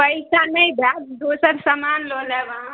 पैसा नहि देब दोसर समान लऽ लेब अहाँ